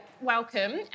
welcome